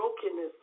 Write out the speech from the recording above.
brokenness